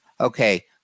okay